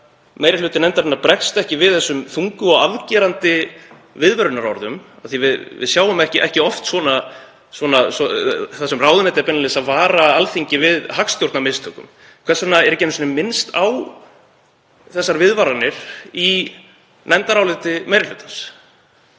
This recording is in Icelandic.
meiri hluti nefndarinnar bregst ekki við þessum þungu og afgerandi viðvörunarorðum, af því við sjáum ekki oft svona lagað þar sem ráðuneyti er beinlínis að vara Alþingi við hagstjórnarmistökum. Hvers vegna er ekki einu sinni minnst á þessar viðvaranir í nefndaráliti meiri hlutans?